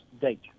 date